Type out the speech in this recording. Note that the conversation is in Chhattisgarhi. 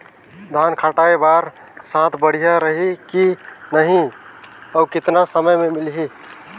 धान कटाई बर साथ बढ़िया रही की नहीं अउ कतना मे मिलही?